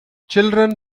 children